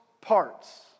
parts